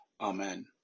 Amen